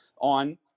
on